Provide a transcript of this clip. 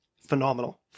phenomenal